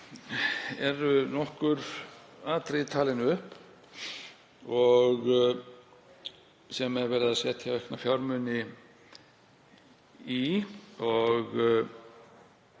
eru nokkur atriði talin upp sem er verið að setja aukna fjármuni í.